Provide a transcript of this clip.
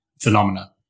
phenomena